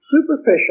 superficial